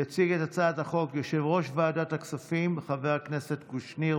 יציג את הצעת החוק יושב-ראש ועדת הכספים חבר הכנסת קושניר,